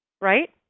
right